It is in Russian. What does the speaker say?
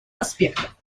аспектов